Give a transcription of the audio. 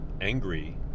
angry